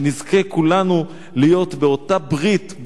שנזכה כולנו להיות באותה ברית,